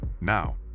Now